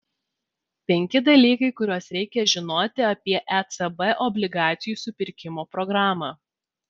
penki dalykai kuriuos reikia žinoti apie ecb obligacijų supirkimo programą